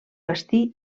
bastí